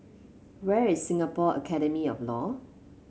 where is Singapore Academy of Law